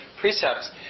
precepts